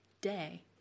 day